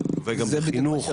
בחינוך,